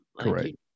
correct